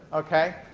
okay,